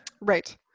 right